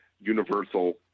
universal